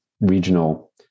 regional